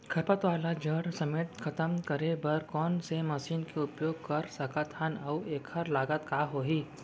खरपतवार ला जड़ समेत खतम करे बर कोन से मशीन के उपयोग कर सकत हन अऊ एखर लागत का होही?